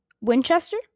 Winchester